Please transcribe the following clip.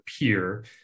appear